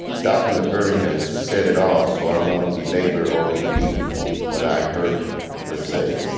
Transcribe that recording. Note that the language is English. dr. liburd has said it all, so i won't belabor or repeat what i heard her say.